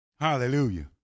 Hallelujah